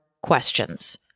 questions